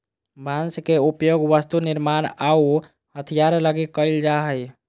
बांस के उपयोग वस्तु निर्मान आऊ हथियार लगी कईल जा हइ